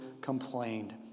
complained